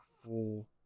full